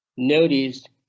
noticed